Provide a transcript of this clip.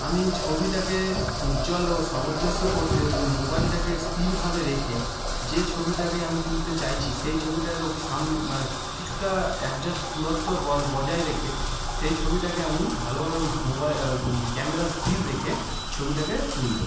আমি ছবিটাকে উজ্জ্বল ও সামঞ্জস্য করতে মোবাইলটাকে স্থিরভাবে রেখে যে ছবিটাকেই আমি তুলতে চাইছি সেই ছবিটারও সামনে মানে কিছুটা অ্যাডজাস্ট দূরত্ব বজায় রেখে সেই ছবিটাকে আমি ভালোভাবে মোবা ক্যামেরা স্থির রেখে ছবিটাকে তুলবো